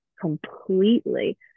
completely